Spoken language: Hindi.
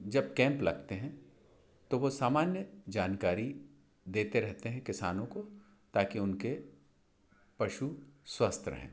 जब कैंप लगते हैं तो वो सामान्य जानकारी देते रहते हैं किसानों को ताकि उनके पशु स्वस्थ रहें